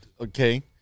okay